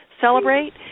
celebrate